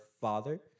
father